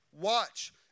Watch